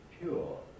pure